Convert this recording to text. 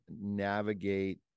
navigate